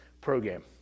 program